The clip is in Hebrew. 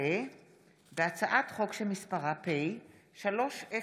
הצעת חוק הביטוח הלאומי (תיקון,